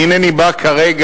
אני אינני בא כרגע